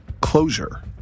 closure